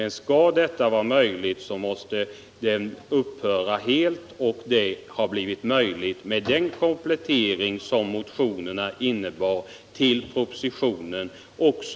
En förutsättning härför är då att användningen av besprutningsmedel upphör helt, och det har blivit möjligt med den komplettering till propositionen som motionerna utgör.